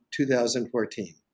2014